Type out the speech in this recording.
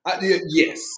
Yes